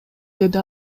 деди